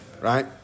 right